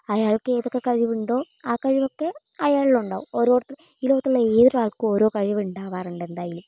അയാൾക്കേതൊക്കെ കഴിവുണ്ടോ ആ കഴിവൊക്കെ അയാളിലുണ്ടാവും ഓരോരുത്തർ ഈ ലോകത്തുള്ള ഏതൊരാൾക്കും ഓരോ കഴിവുണ്ടാവാറുണ്ട് എന്തായാലും